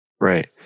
Right